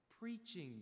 Preaching